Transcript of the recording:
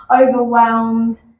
overwhelmed